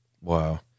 Wow